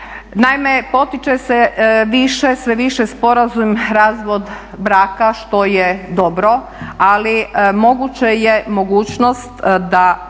Naime, potiče se više, sve više sporazumni razvod braka što je dobro, ali moguće je mogućnost da,